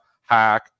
hack